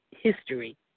history